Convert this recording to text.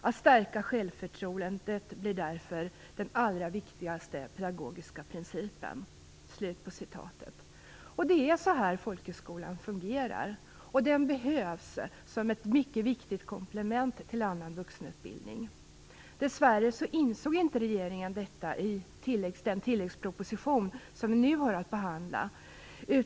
Att stärka självförtroendet blir därmed den allra viktigaste pedagogiken." Det är så här folkhögskolan fungerar. Den behövs som ett mycket viktigt komplement till annan vuxenutbildning. Dess värre insåg inte regeringen detta i den tilläggsproposition som vi nu har att behandla.